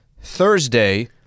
Thursday